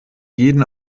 jeden